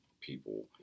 people